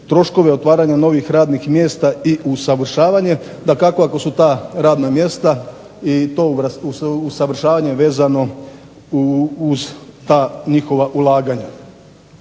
troškove otvaranja novih radnih mjesta i usavršavanje. Dakako ako su ta radna mjesta, i to usavršavanje vezano uz ta njihova ulaganja.